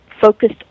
focused